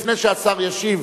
לפני שהשר ישיב,